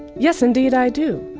yes indeed i do.